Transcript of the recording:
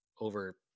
over